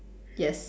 yes